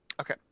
Okay